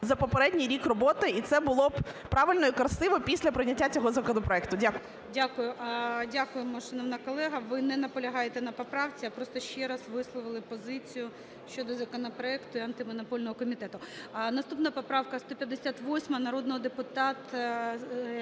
за попередній рік роботи. І це було правильно і красиво після прийняття цього законопроекту. Дякую. ГОЛОВУЮЧИЙ. Дякую. Дякуємо, шановна колега, ви не наполягаєте на поправці, а просто ще раз висловили позицію щодо законопроекту Антимонопольного комітету. Наступна поправка 158 народного депутата…